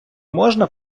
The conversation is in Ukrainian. можна